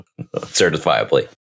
certifiably